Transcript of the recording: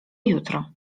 jutro